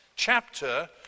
Chapter